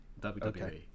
WWE